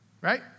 right